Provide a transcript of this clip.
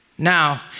Now